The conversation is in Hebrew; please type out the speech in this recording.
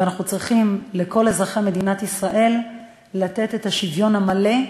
ואנחנו צריכים לתת לכל אזרחי מדינת ישראל שוויון מלא.